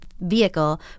vehicle